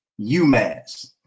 UMass